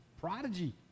prodigy